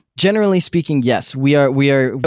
generally speaking, yes. we are we are